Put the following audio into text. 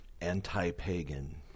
anti-pagan